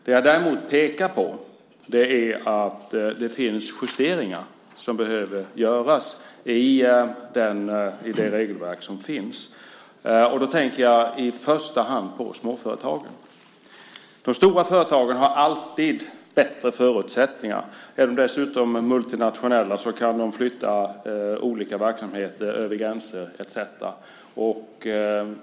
Det jag däremot pekar på är att det finns justeringar som behöver göras i det regelverk som finns. Jag tänker då i första hand på småföretagen. De stora företagen har alltid bättre förutsättningar. Är de dessutom multinationella kan de flytta olika verksamheter över gränser etcetera.